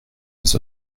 les